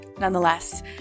Nonetheless